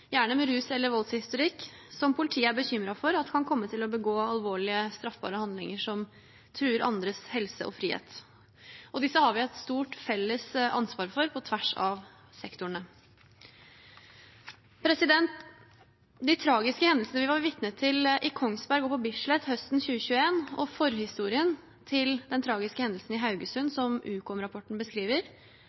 gjerne med rus- eller voldshistorikk, som politiet er bekymret for at kan komme til å begå alvorlige straffbare handlinger som truer andres helse og frihet. Disse har vi et stort felles ansvar for på tvers av sektorene. De tragiske hendelsene vi var vitne til i Kongsberg og på Bislett høsten 2021, og forhistorien til den tragiske hendelsen i Haugesund, som Ukom-rapporten beskriver,